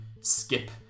skip